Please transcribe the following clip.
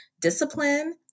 discipline